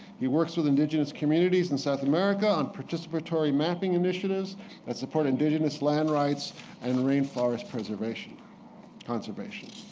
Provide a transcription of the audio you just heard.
he works with indigenous communities in south america on participatory mapping initiatives that support indigenous land rights and rainforest preservation conservation.